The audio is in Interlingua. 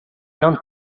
non